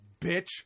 bitch